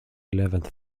eleventh